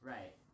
Right